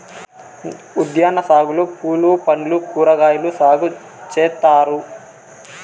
ఉద్యాన సాగులో పూలు పండ్లు కూరగాయలు సాగు చేత్తారు